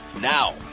Now